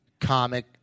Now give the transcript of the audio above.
comic